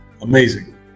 amazing